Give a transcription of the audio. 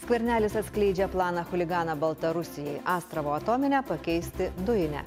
skvernelis atskleidžia planą chuliganą baltarusijai astravo atominę pakeisti dujine